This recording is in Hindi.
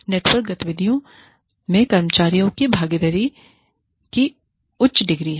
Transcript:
नेटवर्क गतिविधियों में कर्मचारियों की भागीदारी की एक उच्च डिग्री है